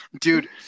Dude